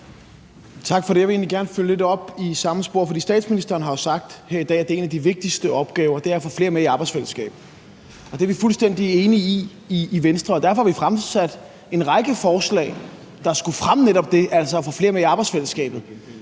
Tak for det. Jeg vil gerne fortsætte lidt i samme spor, for statsministeren har jo sagt her i dag, at en af de vigtigste opgaver er at få flere med i arbejdsfællesskabet, og det er vi fuldstændig enige i i Venstre. Derfor har vi fremsat en række forslag, der skulle fremme netop det, altså at få flere med i arbejdsfællesskabet.